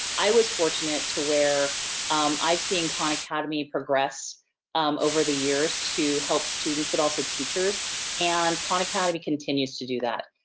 i was fortunate to where i've seen khan academy progress over the years to help students but also teachers and khan academy continues to do that,